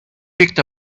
picked